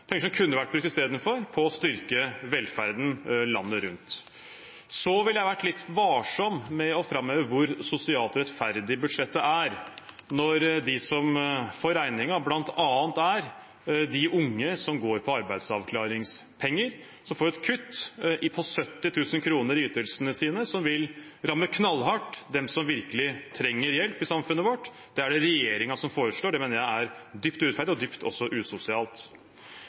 penger som i stedet kunne vært brukt på å styrke velferden landet rundt. Jeg ville vært litt varsom med å framheve hvor sosialt rettferdig budsjettet er, når de som får regningen, bl.a. er de unge som går på arbeidsavklaringspenger, som får et kutt på 70 000 kr i ytelsene sine. Det vil ramme knallhardt dem som virkelig trenger hjelp i samfunnet vårt. Det er det regjeringen foreslår, og det mener jeg er dypt urettferdig og også dypt usosialt.